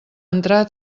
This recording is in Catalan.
entrar